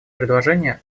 предложение